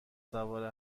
سوار